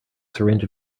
syringe